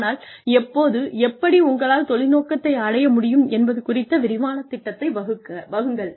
ஆனால் எப்போது எப்படி உங்களால் தொழில் நோக்கத்தை அடைய முடியும் என்பது குறித்த விரிவான திட்டத்தை வகுங்கள்